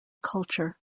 culture